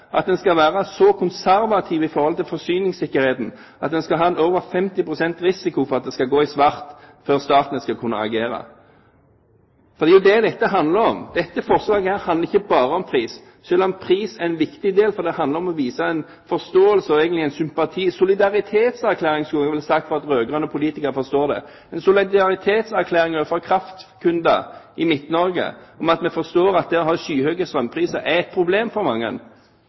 at en skal være så konservativ i forhold til forsyningssikkerheten at en skal ha en over 50 pst. risiko for at det skal gå i svart før staten skal kunne agere. For det er jo det dette handler om. Dette forslaget handler ikke bare om pris, selv om pris er en viktig del. Det handler om å vise en forståelse, og egentlig en sympati – en solidaritetserklæring, skulle jeg vel ha sagt for at rød-grønne politikere skal forstå det – en solidaritetserklæring overfor kraftkunder i Midt-Norge om at vi forstår at de skyhøye strømprisene er et problem for mange.